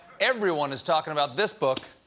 everyone is talking about this book,